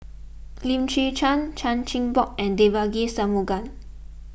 Lim Chwee Chian Chan Chin Bock and Devagi Sanmugam